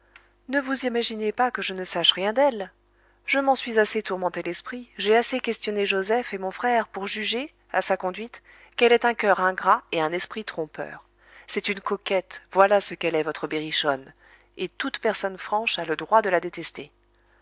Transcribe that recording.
ne vous imaginez pas que je ne sache rien d'elle je m'en suis assez tourmenté l'esprit j'ai assez questionné joseph et mon frère pour juger à sa conduite qu'elle est un coeur ingrat et un esprit trompeur c'est une coquette voilà ce qu'elle est votre berrichonne et toute personne franche a le droit de la détester